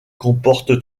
comporte